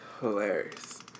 Hilarious